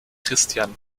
christian